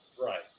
Right